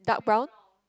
dark brown